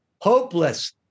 hopeless